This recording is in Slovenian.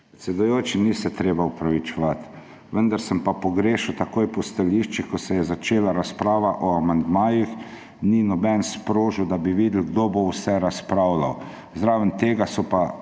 Predsedujoči, ni se treba opravičevati. Vendar sem pa pogrešal takoj po stališčih, ko se je začela razprava o amandmajih, ni nobeden sprožil, da bi videli, kdo bo vse razpravljal, zraven tega potem